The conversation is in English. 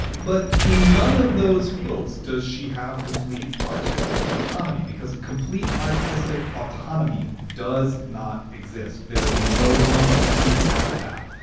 but in none of those fields does she have complete artistic autonomy because complete artistic autonomy does not exist. there is no one who has that.